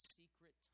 secret